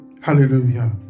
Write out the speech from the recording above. hallelujah